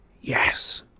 Yes